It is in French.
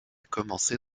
commencé